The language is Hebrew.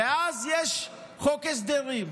ואז יש חוק הסדרים,